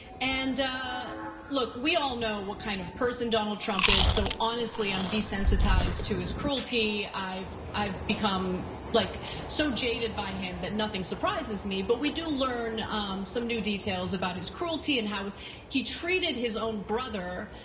and look, we all know what kind of person donald trump is. so honestly, i'm desensitized to his cruelty. i've i've become like so jaded by him that nothing surprises me. but we do learn some new details about his cruelty and how he treated his own brother,